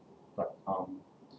but um